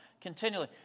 continually